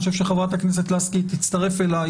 ואני חושב שחברת הכנסת לסקי תצטרף אלי